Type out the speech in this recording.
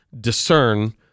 discern